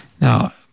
Now